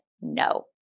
no